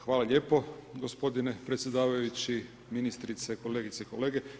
Hvala lijepo gospodine predsjedavajući, ministrice, kolegice i kolege.